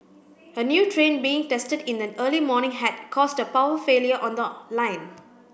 a new train being tested in the early morning had caused a power failure on the line